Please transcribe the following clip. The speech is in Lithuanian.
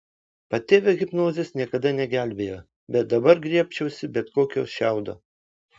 patėvio hipnozės niekada negelbėjo bet dabar griebčiausi bet kokio šiaudo